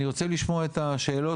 אני רוצה לשמוע את השאלות,